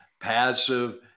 passive